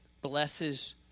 blesses